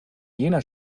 jener